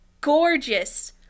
gorgeous